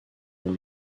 ont